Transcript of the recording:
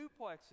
duplexes